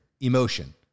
emotion